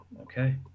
Okay